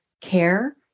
care